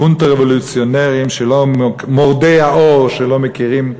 "קונטרה-רבולוציונרים", "מורדי האור", שלא מכירים,